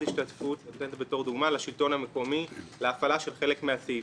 השתתפות לשלטון המקומי להפעלה של חלק מהסעיפים,